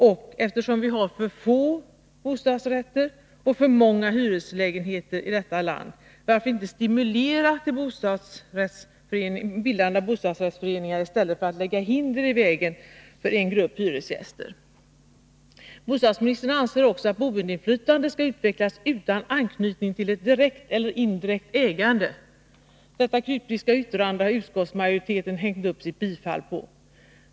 Och — eftersom vi har för få bostadsrätter och för många hyreslägenheter i detta land — varför inte stimulera till bildande av bostadsrättsföreningar i stället för att lägga hinder i vägen för en grupp hyresgäster? Bostadsministern anser också att boendeinflytandet skall utvecklas utan anknytning till ett direkt eller indirekt ägande. Detta kryptiska yttrande har utskottsmajoriteten hängt upp sitt bifall på.